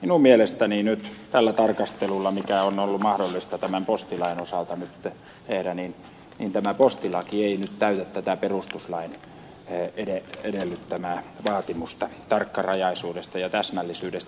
minun mielestäni nyt tällä tarkastelulla mikä on ollut mahdollista tämän postilain osalta tehdä tämä postilaki ei nyt täytä tätä perustuslain edellyttämää vaatimusta tarkkarajaisuudesta ja täsmällisyydestä